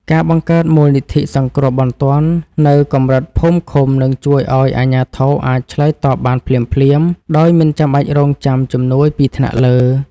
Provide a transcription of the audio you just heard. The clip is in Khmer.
ការបង្កើតមូលនិធិសង្គ្រោះបន្ទាន់នៅកម្រិតភូមិឃុំនឹងជួយឱ្យអាជ្ញាធរអាចឆ្លើយតបបានភ្លាមៗដោយមិនបាច់រង់ចាំជំនួយពីថ្នាក់លើ។